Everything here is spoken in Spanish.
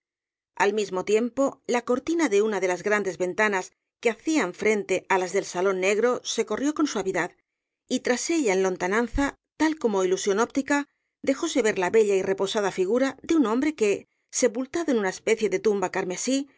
al mismo tiempo la cortina de una de las grandes ventanas que hacían frente á las del salón negro se corrió con suavidad y tras ella en lontananza tal como ilusión óptica dejóse ver la bella y reposada figura de un hombre que sepultado en una especie de tumba carmesí